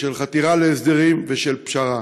של חתירה להסדרים ושל פשרה.